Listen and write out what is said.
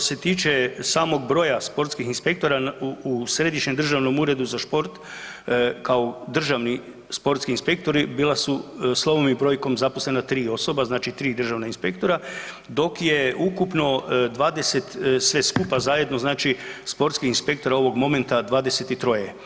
Dakle ovako, što se tiče samog broja sportskih inspektora u Središnjem državnom uredu za šport kao državni sportski inspektori bila su slovom i brojkom zaposlena 3 osobe, znači 3 državna inspektora dok je ukupno 20 sve skupa zajedno znači sportskih inspektora ovog momenta 23.